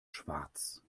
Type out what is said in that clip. schwarz